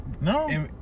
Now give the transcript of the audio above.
No